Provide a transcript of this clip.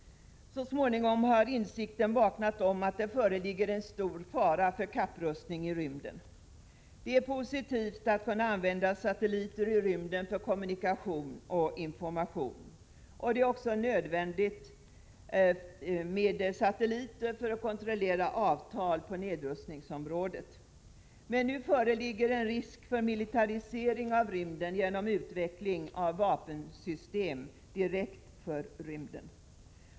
Så småningom har insikten vaknat om att det föreligger en stor fara för kapprustning i rymden. Det är positivt att kunna använda satelliter i rymden för kommunikation och information. Det är också nödvändigt med satelliter för att kontrollera avtal på nedrustningsområdet. Men nu föreligger en risk för militarisering av rymden genom utveckling av vapensystem direkt för rymden.